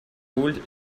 ruled